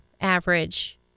average